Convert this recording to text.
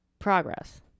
progress